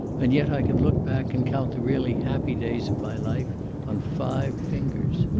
and yet i can look back, and count the really happy days of my life on five fingers.